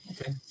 okay